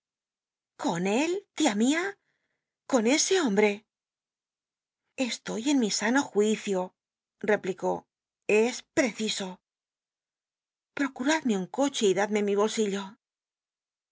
con él tia mia con ese hombre estoy en mi sano juicio replicó es preciso ptocutadmc un coche y dadme mi bolsillo